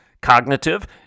cognitive